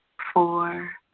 four,